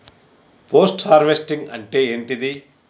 Post harvesting అంటే ఏంటిది?